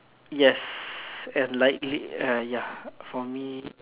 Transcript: yes and likely uh ya for me